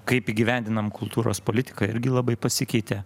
kaip įgyvendinam kultūros politiką irgi labai pasikeitė